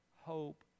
hope